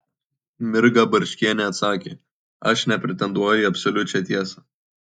mirga barčkienė atsakė aš nepretenduoju į absoliučią tiesą